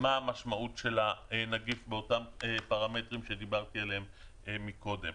המשמעות של הנגיף באותם פרמטרים שדיברתי עליהם קודם.